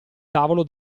tavolo